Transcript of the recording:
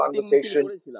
conversation